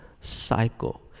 cycle